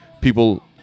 people